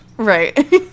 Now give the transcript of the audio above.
right